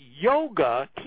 yoga